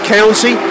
County